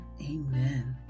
Amen